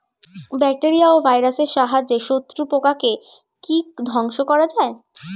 Bacteria ও ভাইরাসের সাহায্যে শত্রু পোকাকে কি ধ্বংস করা যায়?